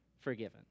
forgiven